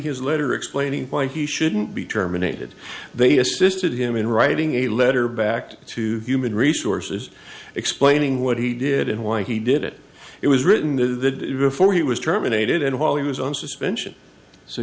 his letter explaining why he shouldn't be terminated they assisted him in writing a letter back to human resources explaining what he did and why he did it it was written the reform he was terminated and while he was on suspension so